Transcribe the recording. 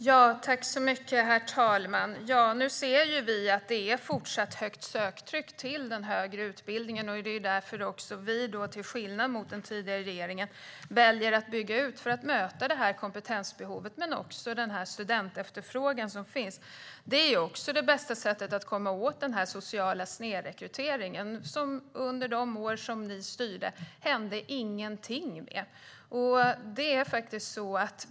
Herr talman! Vi ser att det är fortsatt högt söktryck till högre utbildning. Till skillnad från den tidigare regeringen väljer vi därför att bygga ut för att möta kompetensbehovet och den studentefterfrågan som finns. Det är också det bästa sättet att komma åt den sociala snedrekryteringen, som det inte hände något med under de år ni styrde.